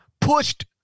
pushed